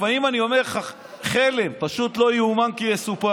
לפעמים אני אומר: חלם, פשוט לא יאומן כי יסופר.